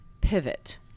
pivot